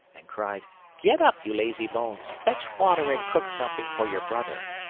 and cried get up, you lazy-bones, fetch water and cook something for your brother.